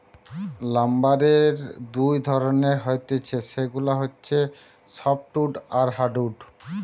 লাম্বারের দুই ধরণের হতিছে সেগুলা হচ্ছে সফ্টউড আর হার্ডউড